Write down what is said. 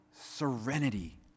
serenity